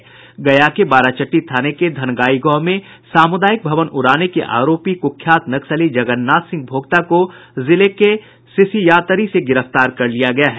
इधर गया के बाराचट्टी थाने के धनगाई गांव में सामुदायिक भवन उड़ाने के आरोपी कुख्यात नक्सली जगन्नाथ सिंह भोक्ता को जिले के सिसियातरी से गिरफ्तार कर लिया गया है